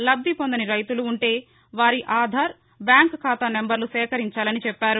లబ్లి పొందని రైతులు ఉంటే వారి ఆధార్ బ్యాంకు ఖాతా నంబర్లను సేకరించాలని చెప్పారు